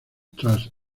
tras